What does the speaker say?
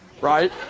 right